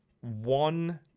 one